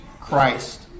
Christ